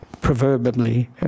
proverbially